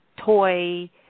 toy